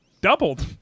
doubled